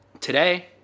today